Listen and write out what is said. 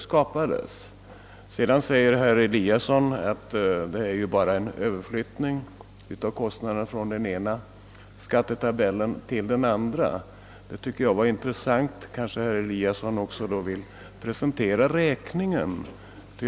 Sedan säger herr Eliasson att det bara är fråga om överflyttning av kostnaderna från den ena skattetabellen till den andra. Det tycker jag var en intressant uppfattning. Kanske herr Eliasson då också vill presentera räkningen.